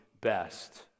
best